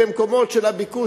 במקומות של הביקוש,